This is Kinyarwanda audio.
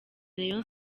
rayon